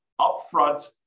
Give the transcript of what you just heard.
upfront